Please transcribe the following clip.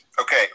Okay